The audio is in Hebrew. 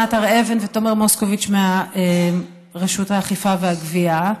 לענת הר אבן ותומר מוסקוביץ מרשות האכיפה והגבייה,